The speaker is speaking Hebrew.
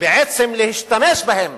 ובעצם להשתמש בהם